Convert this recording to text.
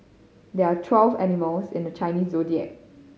there are twelve animals in the Chinese Zodiac